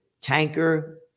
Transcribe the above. tanker